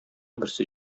берсе